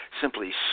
simply